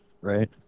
right